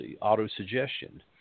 auto-suggestion